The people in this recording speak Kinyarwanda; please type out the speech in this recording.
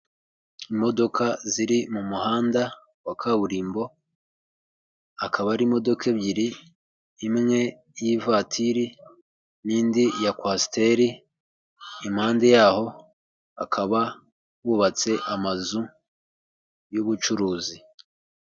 Imodoka ziri mu muhanda wa kaburimbo akaba ari imodoka ebyiri, imwe y'ivatiri n'indi ya kwasiteri. Impande yaho akaba hubatse amazu y'ubucuruzi.